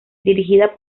dirigida